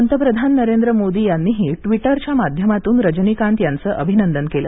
पंतप्रधान नरेंद्र मोदी यांनीही ट्वीटरच्या माध्यमातून रजनीकांत यांचं अभिनंदन केलं